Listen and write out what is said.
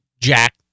jack